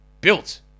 built